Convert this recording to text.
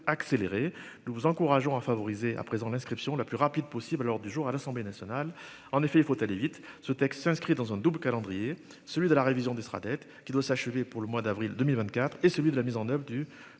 accélérée, nous vous encourageons à favoriser à présent l'inscription la plus rapide possible lors du jour à l'Assemblée nationale. En effet, il faut aller vite. Ce texte s'inscrit dans un double calendrier celui de la révision du Sraddet qui doit s'achever, pour le mois d'avril 2024 et celui de la mise en oeuvre du